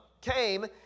came